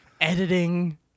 editing